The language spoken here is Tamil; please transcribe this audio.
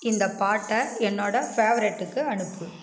இந்த பாட்டை என்னோடய ஃபேவரெட்டுக்கு அனுப்பு